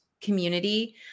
community